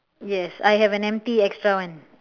yes I have an empty extra one